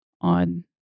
on